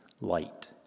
light